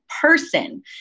person